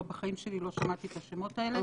בחיים שלי לא שמעתי את השמות האלה,